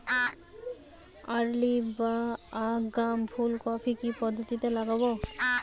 Early বা আগাম ফুল কপি কি পদ্ধতিতে লাগাবো?